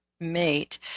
mate